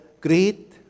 great